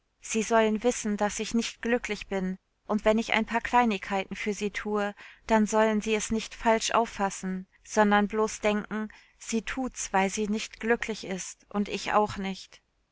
sie sollen wissen daß ich nicht glücklich bin und wenn ich ein paar kleinigkeiten für sie tue dann sollen sie es nicht falsch auffassen sondern bloß denken sie tut's weil sie nicht glücklich ist und ich auch nicht